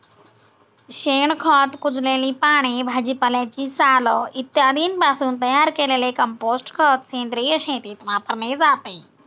शेणखत, कुजलेली पाने, भाजीपाल्याची साल इत्यादींपासून तयार केलेले कंपोस्ट खत सेंद्रिय शेतीत वापरले जाते